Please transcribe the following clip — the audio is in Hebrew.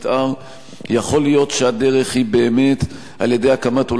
יכול להיות שהדרך היא באמת אולי הקמת ועדה מיוחדת